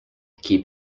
keep